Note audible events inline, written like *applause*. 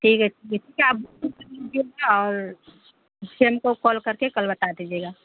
ٹھیک ہے کسی سے آپ *unintelligible* کیجیے اور *unintelligible* ہم کو کال کر کے کل بتا دیجیے گا